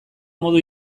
modu